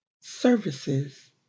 services